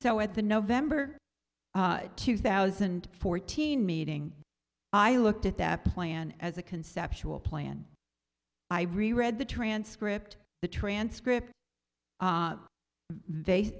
so at the november two thousand and fourteen meeting i looked at that plan as a conceptual plan i re read the transcript the transcript they